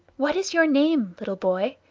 what is your name, little boy?